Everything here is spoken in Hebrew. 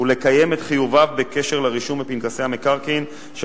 ולקיים את חיוביו בקשר לרישום בפנקסי המקרקעין של